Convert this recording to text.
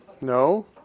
No